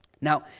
Now